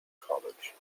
college